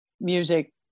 music